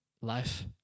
Life